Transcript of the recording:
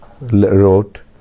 wrote